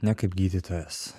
ne kaip gydytojas